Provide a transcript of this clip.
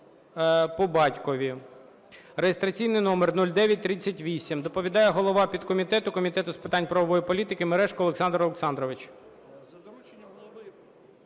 За дорученням голови